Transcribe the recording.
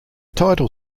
title